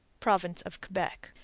province of quebec.